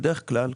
בדרך כלל,